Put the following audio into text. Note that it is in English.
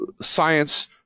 science